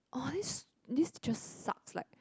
oh this this just sucks like